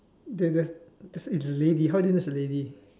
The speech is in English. did the does the lady how do you know is a lady